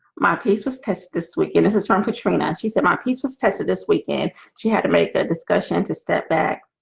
my piece was tested this week, and this is from katrina. she said my piece was tested this weekend she had to make that discussion to step back